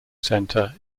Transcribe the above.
center